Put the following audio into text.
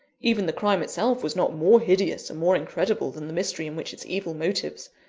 even the crime itself was not more hideous and more incredible than the mystery in which its evil motives,